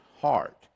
heart